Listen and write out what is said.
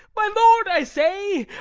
my lord, i say!